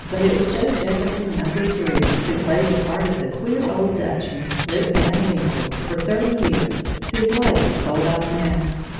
but it was joe jefferson number three who played the part of the queer old dutchman, rip van winkle, for thirty years, whose life is told of now.